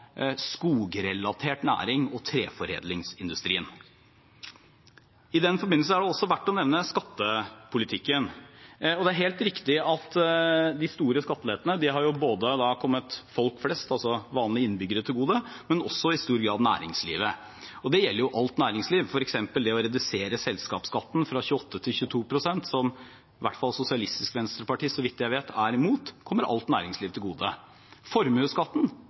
skogrelatert næring og treforedlingsindustrien. I den forbindelse er det også verdt å nevne skattepolitikken. Det er helt riktig at de store skattelettene har kommet folk flest, vanlige innbyggere, til gode, men også i stor grad næringslivet, og det gjelder alt næringsliv. For eksempel er det å redusere selskapsskatten fra 28 pst. til 22 pst. – som i hvert fall Sosialistisk Venstreparti er imot, så vidt jeg vet – noe som kommer alt næringsliv til gode. Når det gjelder formuesskatten,